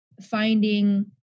finding